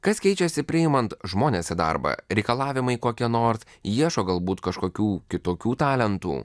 kas keičiasi priimant žmones į darbą reikalavimai kokie nors ieško galbūt kažkokių kitokių talentų